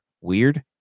weird